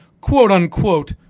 quote-unquote